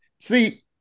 see